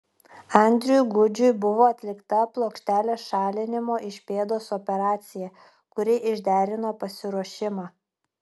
andriui gudžiui buvo atlikta plokštelės šalinimo iš pėdos operacija kuri išderino pasiruošimą